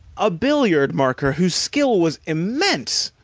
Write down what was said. a billiard-marker, whose skill was immense,